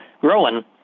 growing